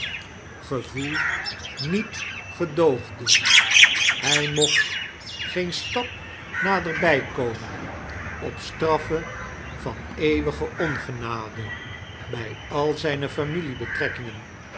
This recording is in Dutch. gevoel niet gedoogde hij moeht geen stap naderkomen op straffe van eeuwige pngenade bij al zijne